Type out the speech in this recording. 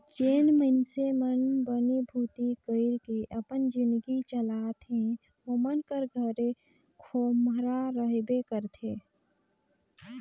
जेन मइनसे मन बनी भूती कइर के अपन जिनगी चलाथे ओमन कर घरे खोम्हरा रहबे करथे